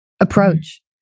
approach